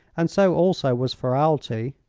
and so also was ferralti.